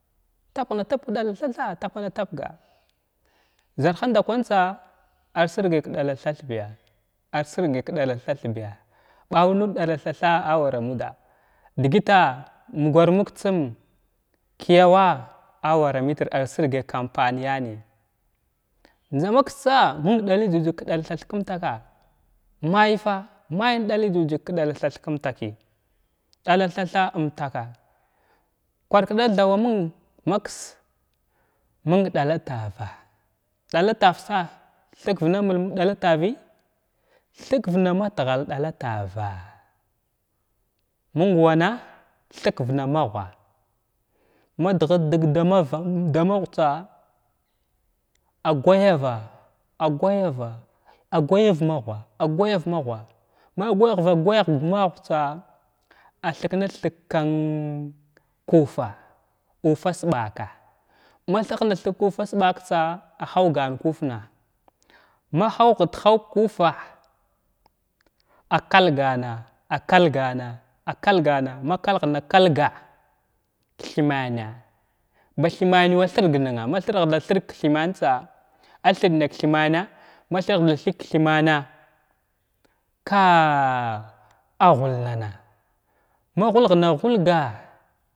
Matap ghəna tap ka ɗala thata’a tap na tapga zarha ndakwantsa ar sirgay ka dala thathbəya ɓar nən kadala thatha’a a awara muda dəgəta’a mugar mug tsum kyawa awara mətir ar sirgay kən ampanəy nəy njza maktsa məng dala jujzg ka dala thath kum taka’a may fa may ɗala jujzd ka ɗala thath kum takəy ɗala thatha umtakn kwar kdala tha məng maksa məng ɗala tava’a ɗala kavtsa thiku namir ɗala tavəy thik vna matghal ɗala tava’a məng wana thik vna magh ma dhət dəg da maghatsa a gyava agyava agyar magh agyar ma ghva ma gyavghna gyavtsa a thiknathig kan kufa’a uffa sɓaka’a ma thiknathəg kuffa sɓaktsa a ɗalgan kufna ma haw hət havg kufna a kalgana akalgana akalgana makalghana kalga thmana’a ba thman wa thəg nənay ma thəgnay thəg kthmantsa a thəgna ka thmana ma thəgna thəg ka thmana ka’a agha ghullana’a maghul-ghuna ghulga’a.